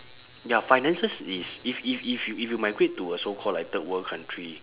ya finances is if if if if you migrate to a so called like third world country